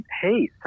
Hey